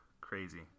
Crazy